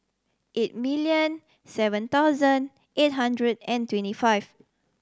eight million seven thousand eight hundred and twenty five